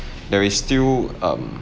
there is still um